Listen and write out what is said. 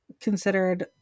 considered